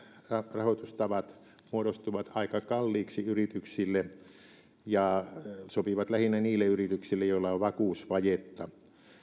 rahoitustavat muodostuvat aika kalliiksi yrityksille ja sopivat lähinnä niille yrityksille joilla on vakuusvajetta